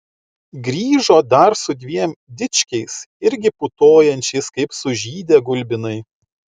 grįžo dar su dviem dičkiais irgi putojančiais kaip sužydę gulbinai